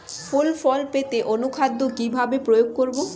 ফুল ফল পেতে অনুখাদ্য কিভাবে প্রয়োগ করব?